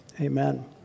amen